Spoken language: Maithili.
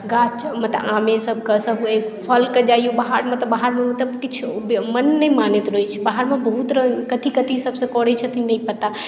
गाछ मतलब आमे सभके फलकेँ जइयौ बाहरमे तऽ बाहरमे किछु मन नहि मानैत रहै छै बाहरमे बहुत रङ्ग कथी सभसँ करै छथिन नहि पता